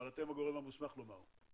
אבל אתם הגורם המוסמך לומר.